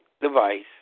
device